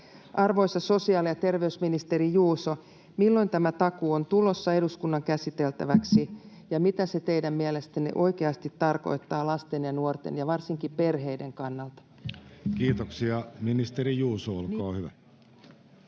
Arvoisa sosiaali- ja terveysministeri Juuso, milloin tämä takuu on tulossa eduskunnan käsiteltäväksi, ja mitä se teidän mielestänne oikeasti tarkoittaa lasten ja nuorten ja varsinkin perheiden kannalta? [Juho Eerola: Hyvä